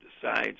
decides